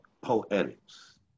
Poetics